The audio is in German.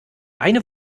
eine